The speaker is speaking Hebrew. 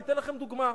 אני אתן לכם דוגמה: